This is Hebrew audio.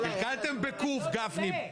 קלקלתם ב-ק' גפני,